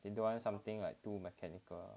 they don't want something like too mechanical